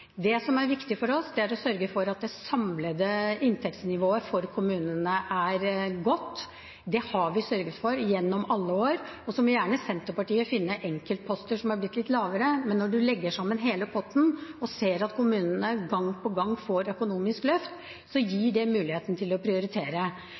Det som er viktig for oss, er å sørge for at det samlede inntektsnivået for kommunene er godt. Det har vi sørget for gjennom alle år. Så må gjerne Senterpartiet finne enkeltposter som er blitt litt lavere. Når man legger sammen hele potten og ser at kommunene gang på gang får økonomisk løft,